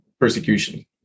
persecution